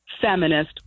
feminist